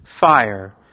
fire